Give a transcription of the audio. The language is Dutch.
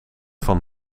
van